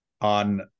On